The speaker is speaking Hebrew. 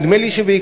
נדמה לי שבעיקרון,